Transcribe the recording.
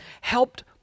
helped